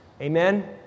Amen